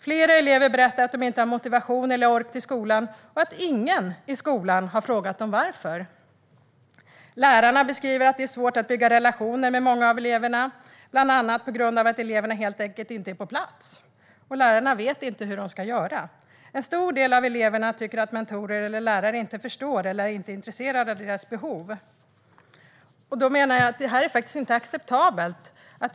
Flera elever berättar att de inte har motivation eller ork att gå i skolan och att ingen i skolan har frågat dem varför. Lärarna beskriver att det är svårt att bygga relationer med många av eleverna, bland annat på grund av att eleverna helt enkelt inte är på plats och lärarna inte vet vad de ska göra. En stor del av eleverna tycker att mentorer eller lärare inte förstår eller inte är intresserade av deras behov. Svar på interpellationer Jag menar att detta inte är acceptabelt.